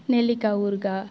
நெல்லிக்காய் ஊறுகாய்